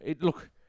Look